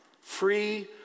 Free